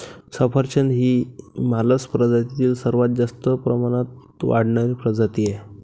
सफरचंद ही मालस प्रजातीतील सर्वात जास्त प्रमाणात वाढणारी प्रजाती आहे